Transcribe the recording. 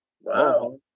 wow